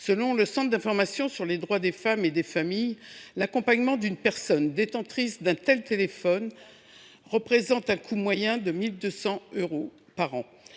Selon les centres d’information sur les droits des femmes et des familles (CIDFF), l’accompagnement d’une personne détentrice d’un TGD représente un coût moyen de 1 200 euros par an.